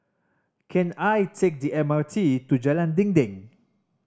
can I take the M R T to Jalan Dinding